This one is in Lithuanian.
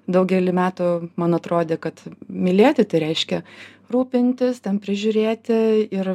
daugelį metų man atrodė kad mylėti tai reiškia rūpintis žiūrėti ir